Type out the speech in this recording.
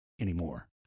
anymore